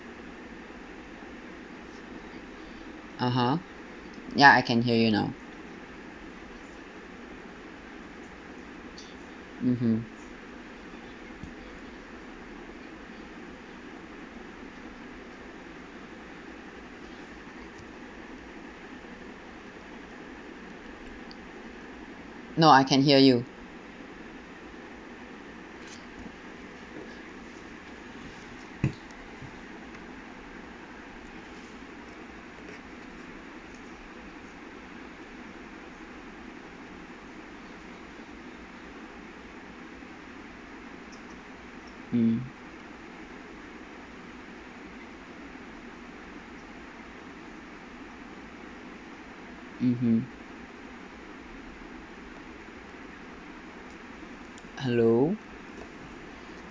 (uh huh) I can hear you now mmhmm no I can hear you mm mmhmm hello